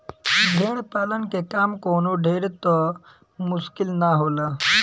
भेड़ पालन के काम कवनो ढेर त मुश्किल ना होला